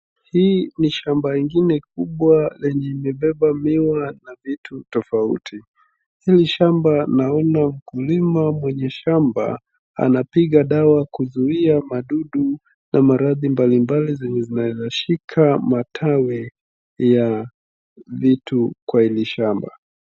Hii ni shamba ingine kubwa lenye imebeba miwa na vitu tofauti. Hili shamba naona mkulima mwenye shamba anapiga dawa kuzuia madudu na maradhi mbali mbali zenye zinaweza shika matawi ya vitu kwa hili shamba.